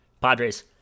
Padres